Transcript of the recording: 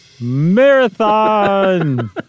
Marathon